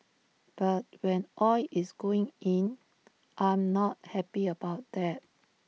but when oil is going in I'm not happy about that